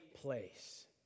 Place